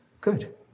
Good